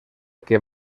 que